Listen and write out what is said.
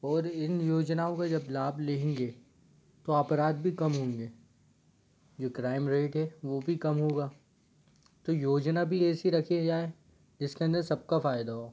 और इन योजनाओं का जब लाभ लेंगे तो अपराध भी कम होंगे जो क्राइम रेट हे वो भी कम होगा तो योजना भी ऐसी रखी जाए जिसके अंदर सबका फ़ायदा हो